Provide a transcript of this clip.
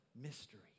mystery